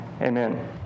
Amen